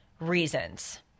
reasons